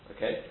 Okay